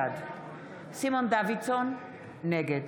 בעד סימון דוידסון, נגד